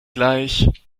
gleich